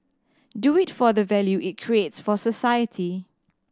do it for the value it creates for society